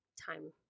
time